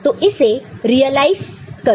तो इसे रीअलाइज़ करो